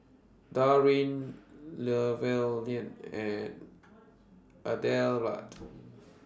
Darrin Llewellyn and Adelard